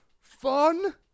fun